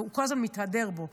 והוא כל הזמן מתהדר בו,